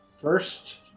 first